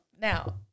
now